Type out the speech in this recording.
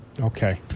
Okay